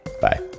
Bye